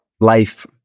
life